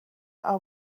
are